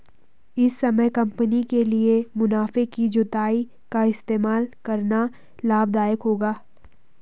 इस समय कंपनी के लिए मुनाफे की जुताई का इस्तेमाल करना लाभ दायक होगा